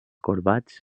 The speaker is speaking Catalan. corbats